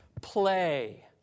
play